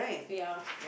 ya